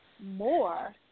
more